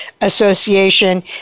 Association